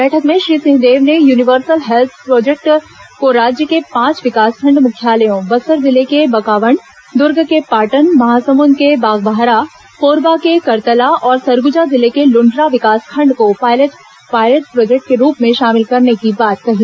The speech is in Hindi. बैठक में श्री सिंहदेव ने यूनिवर्सल हेल्थ प्रोर्जेक्ट को राज्य के पाँच विकासखंड मुख्यालयों बस्तर जिले के बकावंड दूर्ग के पाटन महासमुंद के बागबहरा कोरबा के करतला और सरगुजा जिले के लुंड्रा विकासखंड को पायलट प्रोजेक्ट के रूप में शामिल करने की बात कही